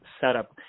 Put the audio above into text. setup